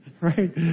right